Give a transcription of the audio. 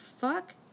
Fuck